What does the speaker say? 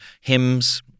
Hymns